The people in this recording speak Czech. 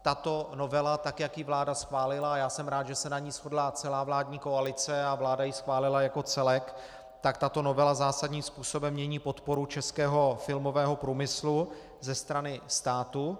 Tato novela, tak jak ji vláda schválila já jsem rád, že se na ní shodla celá vládní koalice a vláda ji schválila jako celek zásadním způsobem mění podporu českého filmového průmyslu ze strany státu.